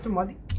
monday